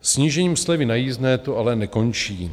Snížením slevy na jízdné to ale nekončí.